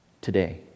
today